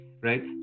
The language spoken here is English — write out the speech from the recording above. right